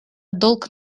долг